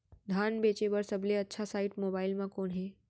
धान बेचे बर सबले अच्छा साइट मोबाइल म कोन हे?